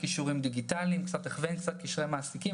עוד סעיף אחד שרצינו לוודא שאכן בוצע וזה לגבי ההנגשה השפתית.